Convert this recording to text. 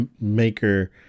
maker